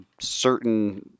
certain